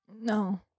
No